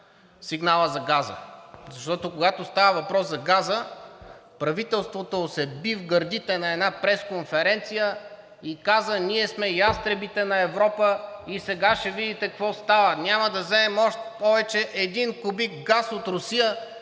сигнала за газа, защото, когато става въпрос за газа, правителството се би в гърдите на една пресконференция и каза: „Ние сме ястребите на Европа и сега ще видите какво става, няма да вземем повече един кубик газ от Русия,